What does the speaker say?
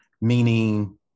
meaning